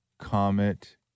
Comet